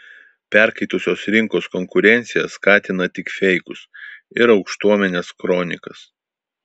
perkaitusios rinkos konkurencija skatina tik feikus ir aukštuomenės kronikas